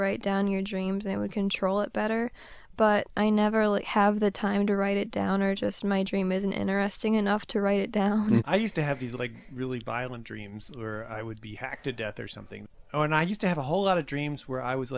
write down your dreams and i would control it better but i never really have the time to write it down or just my dream isn't interesting enough to write it down i used to have these like really violent dreams or i would be hacked to death or something and i used to have a whole lot of dreams where i was